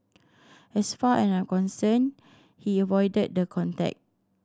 as far as I'm concerned he is voided the contract